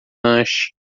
lanche